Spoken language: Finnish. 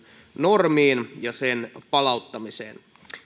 normiin ja sen palauttamiseen